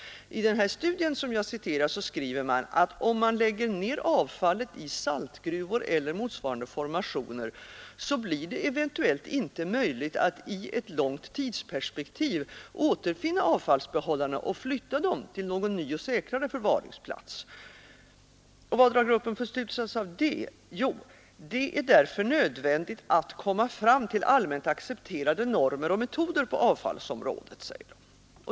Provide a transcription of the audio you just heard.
I den här studien som jag citerar skriver man att om man lägger ner avfallet i saltgruvor eller motsvarande formationer, så blir det eventuellt inte möjligt att i ett långt tidsperspektiv återfinna avfallsbehållarna och flytta dem till någon ny och säkrare förvaringsplats. Vad drar gruppen för slutsats av detta? Jo, ”det är därför nödvändigt att komma fram till allmänt accepterade normer och metoder på avfallsområdet”.